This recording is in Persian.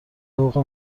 حقوق